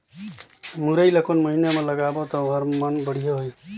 मुरई ला कोन महीना मा लगाबो ता ओहार मान बेडिया होही?